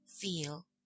feel